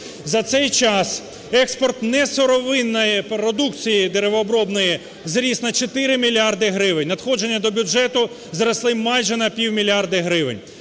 За цей час експорт несировинної продукції деревообробної зріс на 4 мільярди гривень. Надходження до бюджету зросли майже на півмільярда гривень.